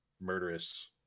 murderous